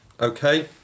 Okay